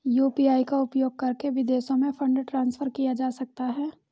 UPI का उपयोग करके विदेशों में फंड ट्रांसफर किया जा सकता है?